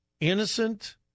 Innocent